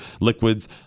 liquids